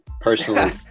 personally